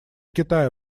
китая